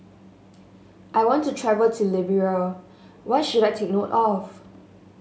I want to travel to Liberia what should I take note of